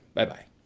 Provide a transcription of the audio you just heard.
Bye-bye